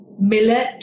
Millet